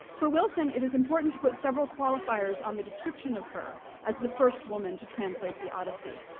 for wilson it is important to put several qualifiers on the description of her as the first woman to translate the odyssey.